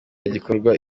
hagikorwa